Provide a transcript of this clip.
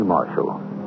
Marshall